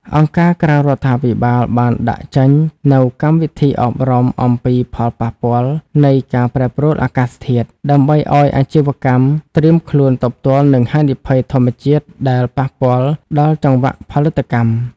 អង្គការក្រៅរដ្ឋាភិបាលបានដាក់ចេញនូវកម្មវិធីអប់រំអំពីផលប៉ះពាល់នៃការប្រែប្រួលអាកាសធាតុ ដើម្បីឱ្យអាជីវកម្មត្រៀមខ្លួនទប់ទល់នឹងហានិភ័យធម្មជាតិដែលប៉ះពាល់ដល់ចង្វាក់ផលិតកម្ម។